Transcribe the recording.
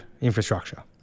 infrastructure